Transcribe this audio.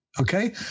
Okay